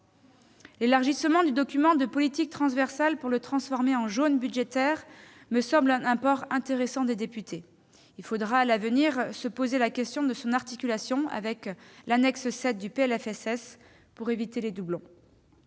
L'élargissement du document de politique transversale, pour le transformer en « jaune » budgétaire, me semble un apport intéressant des députés. Il faudra à l'avenir se poser la question de son articulation avec l'annexe 7 du PLFSS, pour éviter les doublons.